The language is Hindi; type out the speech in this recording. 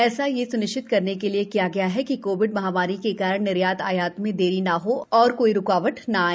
ऐसा यह सुनिश्चित करने के लिए किया गया है कि कोविड महामारी के कारण निर्यात आयात में देरी न हो और कोई रूकावट न आए